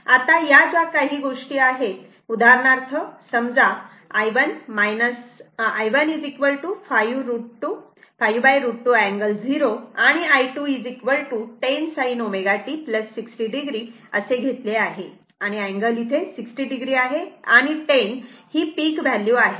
आता या ज्या काही गोष्टी आहे उदाहरणार्थ समजा i1 5√ 2 अँगल 0 आणि i2 10 sin ω t 60 o हे असे घेतले आहे आणि अँगल 60 o आहे आणि 10 ही पीक व्हॅल्यू आहे